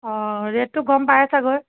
অঁ ৰেটটো গম পাইয়ে চাগৈ